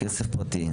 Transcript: כסף פרטי,